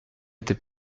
était